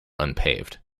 unpaved